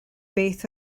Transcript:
beth